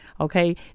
okay